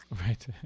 Right